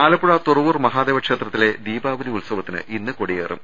ആലപ്പുഴ തുറവൂർ മഹാദേവ ക്ഷേത്രത്തിലെ ദീപാവലി ഉത്സവ ത്തിന് ഇന്ന് കൊടിയേറും